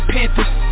Panthers